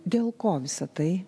dėl ko visa tai